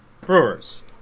Brewers